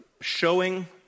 showing